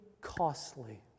costly